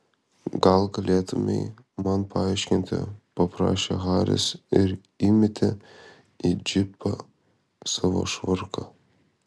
gal galėtumei man paaiškinti paprašė haris ir įmetė į džipą savo švarką